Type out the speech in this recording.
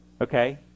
Okay